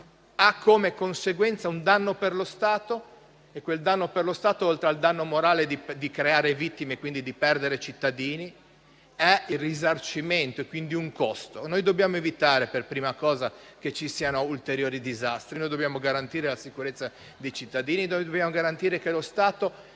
ha come conseguenza un danno per lo Stato e questo, oltre al danno morale di creare vittime e quindi di perdere cittadini, prevede un risarcimento e quindi comporta un costo. Dobbiamo evitare per prima cosa che ci siano ulteriori disastri. Dobbiamo garantire la sicurezza dei cittadini; dobbiamo garantire che lo Stato